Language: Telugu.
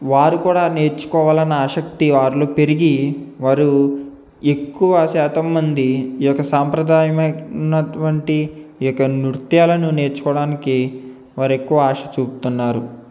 వారు కూడా నేర్చుకోవాలని ఆశక్తి వారిలో పెరిగి వారు ఎక్కువ శాతం మంది ఈ యొక్క సాంప్రదాయమై ఉన్నటువంటి ఈ యొక్క నృత్యాలను నేర్చుకోవడానికి వారు ఎక్కువ ఆశ చూపుతున్నారు